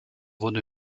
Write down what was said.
wurde